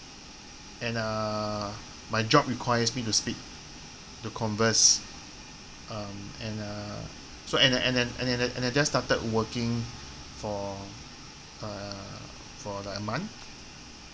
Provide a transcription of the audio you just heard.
and err my job requires me to speak to converse um and uh so and and and and and and and I just started working for uh for like a month